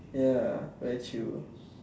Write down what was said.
ya very chill